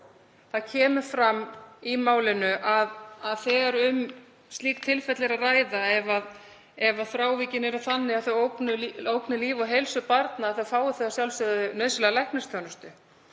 Það kemur fram í málinu að þegar um slík tilfelli er að ræða, ef frávikin eru þannig að þau ógni lífi og heilsu barna þá fái þau að sjálfsögðu nauðsynlega læknisþjónustu.